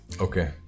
okay